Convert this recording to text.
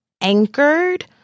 anchored